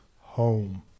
home